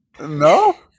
No